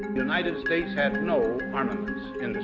united states had no armament